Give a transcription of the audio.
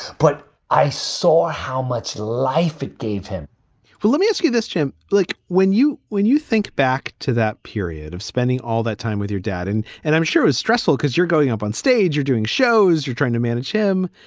but i saw how much life it gave him well, let me ask you this, jim. like when you when you think back to that period of spending all that time with your dad and and i'm sure is stressful because you're going up on stage, you're doing shows, you're trying to manage him,